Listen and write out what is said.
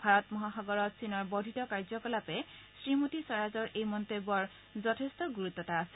ভাৰত মহাসাগৰত চীনৰ বৰ্ধিত কাৰ্যকলাপে শ্ৰীমতী স্বৰাজৰ এই মন্তব্যৰ যথেষ্ট গুৰুত্ব আছে